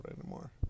anymore